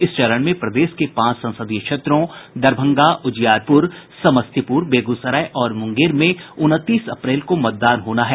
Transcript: इस चरण में प्रदेश के पांच संसदीय क्षेत्रों दरभंगा उजियारपुर समस्तीपुर बेगूसराय और मुंगेर में उनतीस अप्रैल को मतदान होना है